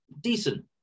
decent